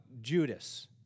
Judas